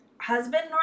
husband